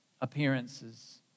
appearances